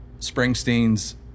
Springsteen's